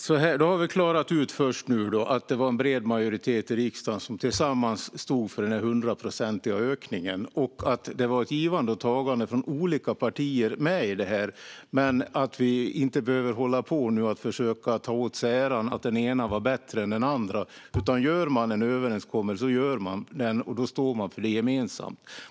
Fru talman! Då har vi klarat ut att det var en bred majoritet i riksdagen som tillsammans stod för den hundraprocentiga ökningen och att det var ett givande och tagande från olika partier i detta. Nu behöver man inte försöka ta åt sig äran och säga att den ena var bättre än den andra. Gör man en överenskommelse står man för den gemensamt.